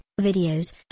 videos